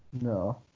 No